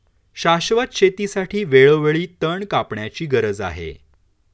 शाश्वत शेतीसाठी वेळोवेळी तण कापण्याची गरज आहे